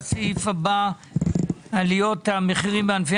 ועדת הכספים בנושא עליות המחירים בענפי